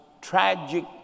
tragic